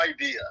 idea